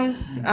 mm